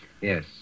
Yes